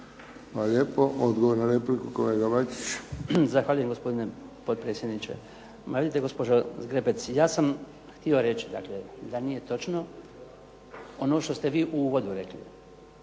lijepo. Odgovor na repliku kolega Bačić. **Bačić, Branko (HDZ)** Zahvaljujem gospodine potpredsjedniče. Ma vidite gospođo Zgrebec, ja sam htio reći dakle da nije točno ono što ste vi u uvodu rekli,